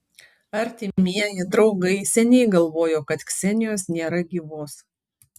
artimieji draugai seniai galvojo kad ksenijos nėra gyvos